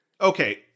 okay